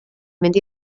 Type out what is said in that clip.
mynd